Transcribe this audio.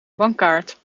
bankkaart